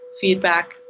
feedback